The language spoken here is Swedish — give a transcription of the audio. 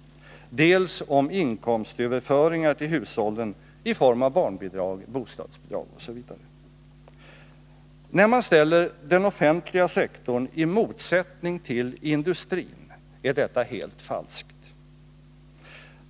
—, dels om inkomstöverföringar till hushållen i form av barnbidrag, bostadsbidrag osv. När man ställer den offentliga sektorn i motsättning till industrin är detta helt falskt.